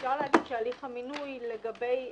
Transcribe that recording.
אפשר לומר שהליך המינוי לגבי